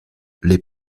les